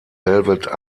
velvet